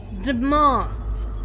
demands